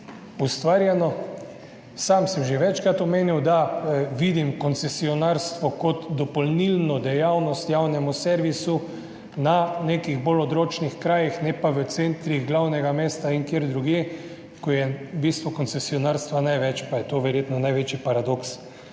koncesij. Sam sem že večkrat omenil, da vidim koncesionarstvo kot dopolnilno dejavnost javnemu servisu na nekih bolj odročnih krajih, ne pa v centrih glavnega mesta in kje drugje, ko je v bistvu koncesionarstva največ, pa je to verjetno največji paradoks.